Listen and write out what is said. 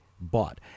bought